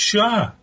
Sure